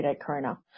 Corona